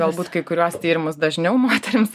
galbūt kai kuriuos tyrimus dažniau moterims